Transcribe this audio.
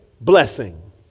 blessing